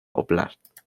óblast